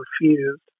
Refused